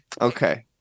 Okay